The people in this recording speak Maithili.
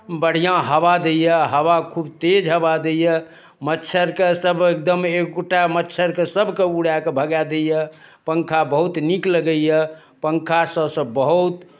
बढ़िआँ हवा दैए हवा खूब तेज हवा दैए मच्छरकेँ सभ एकदम एक्को टा मच्छरकेँ सभकेँ उड़ा कऽ भगा दैए पङ्खा बहुत नीक लगैए पङ्खासँ से बहुत